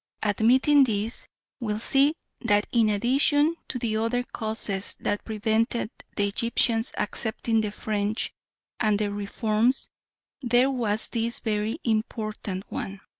admitting this, will see that in addition to the other causes that prevented the egyptians accepting the french and their reforms there was this very important one,